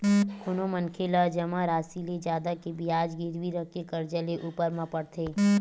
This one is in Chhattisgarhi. कोनो मनखे ला जमा रासि ले जादा के बियाज गिरवी रखके करजा लेय ऊपर म पड़थे